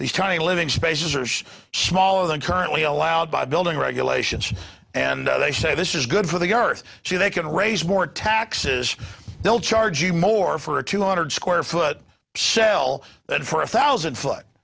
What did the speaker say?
these tiny living spaces are smaller than currently allowed by building regulations and i say this is good for the earth she they can raise more taxes they'll charge you more for a two hundred square foot cell that for a thousand floo